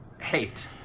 Hate